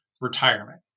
retirement